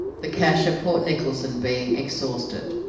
the cash at port nicholson being exhausted.